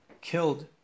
killed